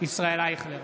ישראל אייכלר,